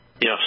Yes